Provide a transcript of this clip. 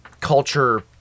culture